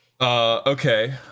Okay